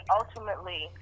ultimately